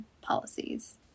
policies